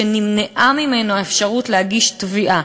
שנמנעה ממנו האפשרות להגיש תביעה,